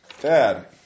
Dad